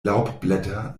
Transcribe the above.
laubblätter